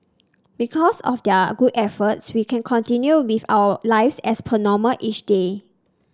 because of their good efforts we can continue with our lives as per normal each day